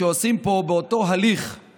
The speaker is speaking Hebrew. בהחלט, אני מאמין ועוד איך.